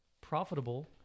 profitable